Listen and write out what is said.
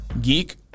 Geek